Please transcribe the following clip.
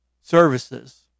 services